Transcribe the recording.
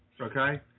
okay